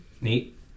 Neat